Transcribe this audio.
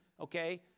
okay